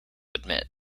admit